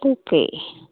okay